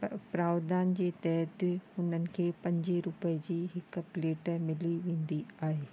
पव प्रावधान जे तहत हुननि खे पंज रुपय जी हिकु प्लेट मिली वेंदी आहे